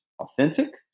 authentic